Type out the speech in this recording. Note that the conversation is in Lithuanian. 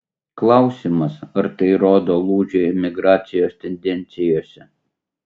klausimas ar tai rodo lūžį emigracijos tendencijose